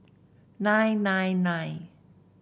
nine nine nine